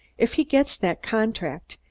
if he gets that contract,